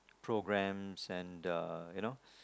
programmes and uh you know